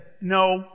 no